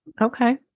Okay